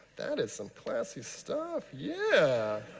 that is some classy stuff. yeah.